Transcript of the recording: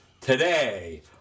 Today